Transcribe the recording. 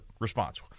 response